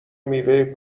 میوه